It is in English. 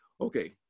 Okay